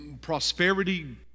prosperity